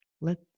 Let